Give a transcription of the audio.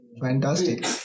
Fantastic